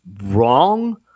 wrong